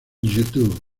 youtube